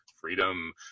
freedom